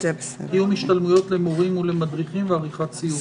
קיום השתלמויות למורים ומדריכים ועריכת סיורים".